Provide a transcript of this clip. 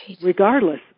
Regardless